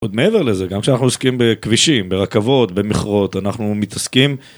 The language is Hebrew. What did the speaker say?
עוד מעבר לזה, גם כשאנחנו עוסקים בכבישים, ברכבות, במכרות, אנחנו מתעסקים...